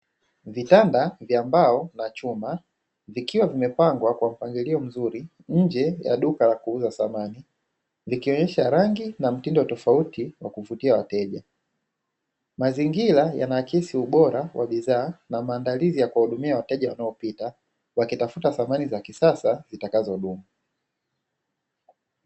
Vitanda vya mbao na chuma vikiwa vimepangwa kwa mpangilio mzuri nje ya duka la kuuza samani vikionyesha rangi na mtindo wa tofauti wa kuvutia wateja. Mazingira yanaakisi ubora wa bidhaa na maandalizi ya kuwahudumia wateja wanaopita wakitafuta samani za kisasa zitakazodumu.